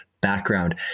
background